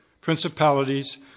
principalities